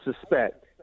suspect